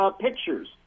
pictures